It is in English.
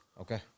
Okay